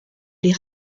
les